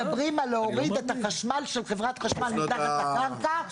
מדברים על להוריד את החשמל של חברת החשמל מתחת לקרקע,